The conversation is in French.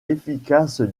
efficace